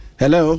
hello